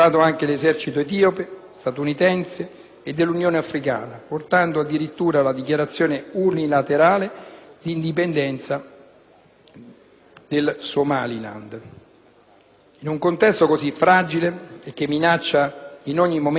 del Somaliland. In un contesto così fragile e che minaccia in ogni momento di scivolare in aperti scontri, si rende assolutamente necessario supportare la ratifica della Conferenza di Ginevra sul bando delle armi chimiche.